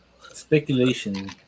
Speculation